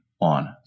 on